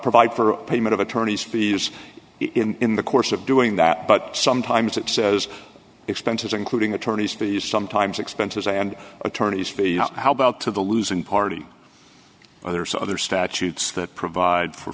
provide for payment of attorney's fees in the course of doing that but sometimes it says expenses including attorneys fees sometimes expenses and attorney's fees how about to the losing party others other statutes that provide for